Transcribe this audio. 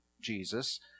Jesus